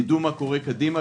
שיידעו מה יקרה קדימה.